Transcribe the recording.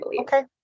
Okay